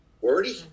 Wordy